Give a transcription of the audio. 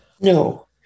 No